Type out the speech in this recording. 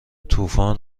طوفان